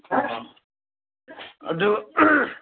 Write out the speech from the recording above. ꯑꯗꯨ